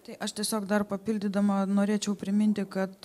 tai aš tiesiog dar papildydama norėčiau priminti kad